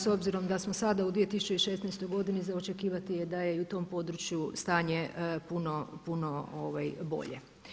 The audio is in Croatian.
S obzirom da smo sada u 2016. godini za očekivati je da je i u tom području stanje puno bolje.